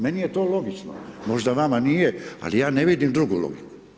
Meni je to logično, možda vama nije, ali ja ne vidim drugu logiku.